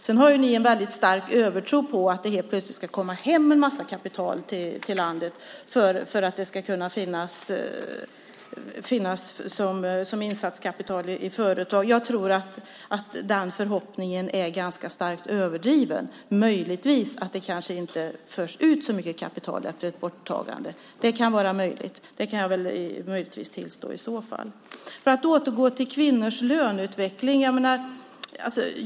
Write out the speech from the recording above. Sedan har ni en väldigt stor övertro på att det helt plötsligt ska komma hem en massa kapital till landet som insatskapital i företag. Jag tror att den förhoppningen är ganska starkt överdriven. Möjligtvis förs det kanske inte ut så mycket kapital efter ett borttagande av förmögenhetsskatten. Det kan jag möjligen tillstå. Jag ska övergå till kvinnors löneutveckling.